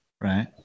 right